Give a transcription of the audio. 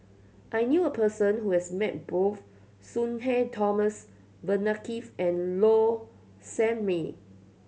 I knew a person who has met both Sudhir Thomas Vadaketh and Low Sanmay